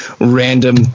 random